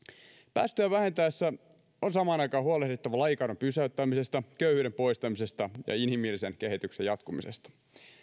päästöjä vähennettäessä on samaan aikaan huolehdittava lajikadon pysäyttämisestä köyhyyden poistamisesta ja inhimillisen kehityksen jatkumisesta